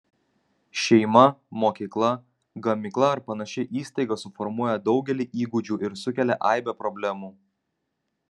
šeima mokykla gamykla ar panaši įstaiga suformuoja daugelį įgūdžių ir sukelia aibę problemų